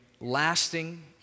lasting